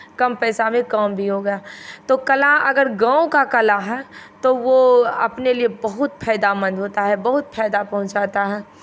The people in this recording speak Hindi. कम पैसा में काम भी हो गया तो कला अगर गांव का कला है तो वो अपने लिए बहुत फयदामन्द होता है बहुत फायदा पहुँचाता है